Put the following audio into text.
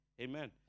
Amen